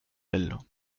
elles